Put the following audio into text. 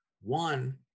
One